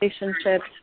relationships